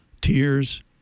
tears